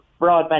broadband